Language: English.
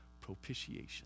Propitiation